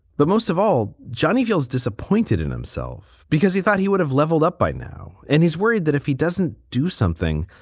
but most of all, johnny feels disappointed in himself because he thought he would have leveled up by now. and he's worried that if he doesn't do something,